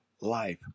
life